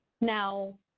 Now